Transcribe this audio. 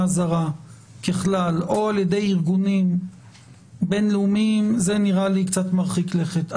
זרה ככלל או על-ידי ארגונים בין-לאומיים זה נראה לי קצת מרחיק לכת.